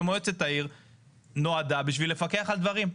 ומועצת העיר נועדה בשביל לפקח על דברים.